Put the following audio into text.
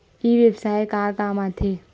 ई व्यवसाय का काम आथे?